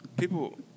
People